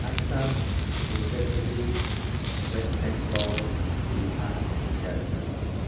Assam Uttar Pradesh West Bengal Bihar Jharkhand